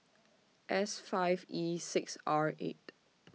S five E six R eight